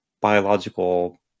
biological